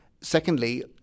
secondly